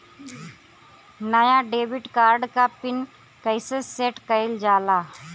नया debit card क pin कईसे सेट कईल जाला?